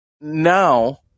Now